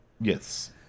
Yes